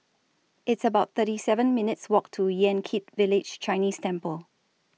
It's about thirty seven minutes' Walk to Yan Kit Village Chinese Temple